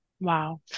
Wow